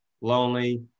lonely